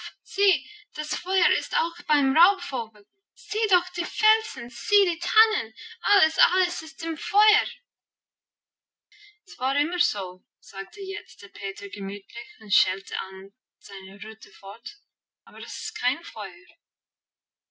das feuer ist auch beim raubvogel sieh doch die felsen sieh die tannen alles alles ist im feuer es war immer so sagte jetzt der peter gemütlich und schälte an seiner rute fort aber es ist kein feuer